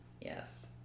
yes